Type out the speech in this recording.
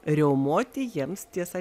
riaumoti jiems tiesa